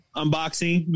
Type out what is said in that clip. unboxing